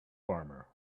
farmer